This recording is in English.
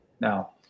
Now